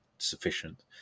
sufficient